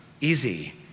easy